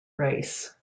race